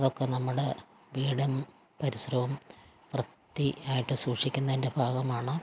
അതൊക്കെ നമ്മുടെ വീടും പരിസരവും വൃത്തിയായിട്ട് സൂക്ഷിക്കുന്നതിൻ്റെ ഭാഗമാണ്